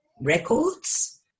records